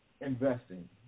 investing